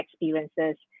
experiences